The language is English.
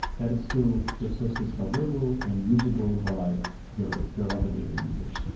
that is still just as discoverable and usable by your your other data users.